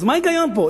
אז מה ההיגיון פה?